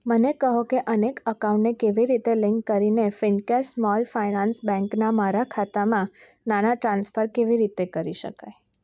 મને કહો કે અનેક અકાઉન્ટને કેવી રીતે લિંક કરીને ફીનકેસ સ્મોલ ફાઇનાન્સ બેંકના મારા ખાતામાં નાણાં ટ્રાન્સફર કેવી રીતે કરી શકાય